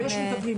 יש מטפלים.